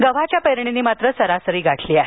गव्हाच्या पेरणीनेही सरासरी गाठली आहे